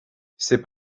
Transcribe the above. c’est